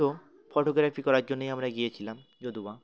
তো ফটোগ্রাফি করার জন্যই আমরা গিয়েছিলাম যদিও বা